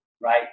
right